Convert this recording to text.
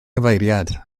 cyfeiriad